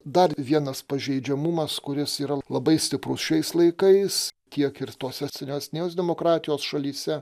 dar vienas pažeidžiamumas kuris yra labai stiprus šiais laikais tiek ir tose senesnės demokratijos šalyse